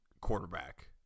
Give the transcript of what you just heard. quarterback